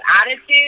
attitude